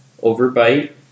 overbite